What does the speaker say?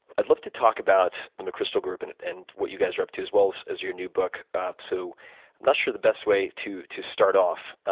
i'd love to talk about the mcchrystal group and and what you guys are up to, as well as as your new book. i'm so not sure the best way to to start off.